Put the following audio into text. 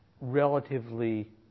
Relatively